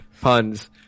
puns